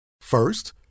First